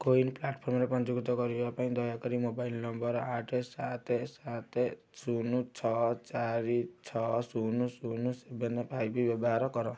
CoWIN ପ୍ଲାଟଫର୍ମରେ ପଞ୍ଜୀକୃତ କରିବା ପାଇଁ ଦୟାକରି ମୋବାଇଲ ନମ୍ବର ଆଠ ସାତ ସାତ ଶୂନ ଛଅ ଚାରି ଛଅ ଶୂନ ଶୂନ ସେଭେନ୍ ଫାଇପ୍ ବ୍ୟବହାର କର